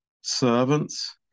Servants